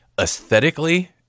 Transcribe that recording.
aesthetically